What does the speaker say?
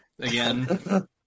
again